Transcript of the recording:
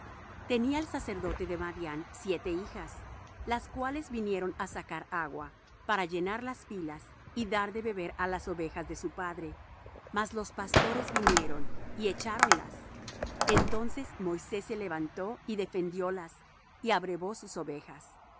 tenía el sacerdote de madián siete hijas las cuales vinieron á sacar agua para llenar las pilas y dar de beber á las ovejas de su padre mas los pastores vinieron y echáronlas entonces moisés se levantó y defendiólas y abrevó sus ovejas